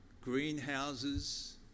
greenhouses